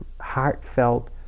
heartfelt